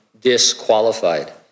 disqualified